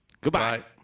Goodbye